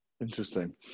Interesting